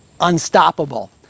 Unstoppable